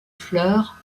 fleurs